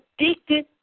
addicted